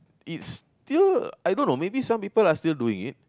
it's still I don't know maybe some people are still doing it